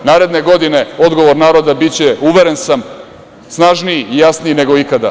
Naredne godine, odgovor naroda biće, uveren sam, snažniji, jasniji, nego ikada.